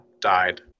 died